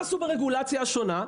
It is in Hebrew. מה עשו ברגולציה השונה?